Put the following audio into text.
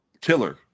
killer